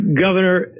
Governor